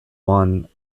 one